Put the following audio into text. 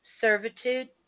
servitude